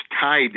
tied